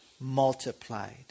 multiplied